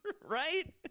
Right